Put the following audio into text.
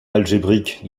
algébrique